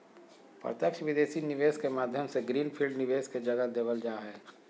प्रत्यक्ष विदेशी निवेश के माध्यम से ग्रीन फील्ड निवेश के जगह देवल जा हय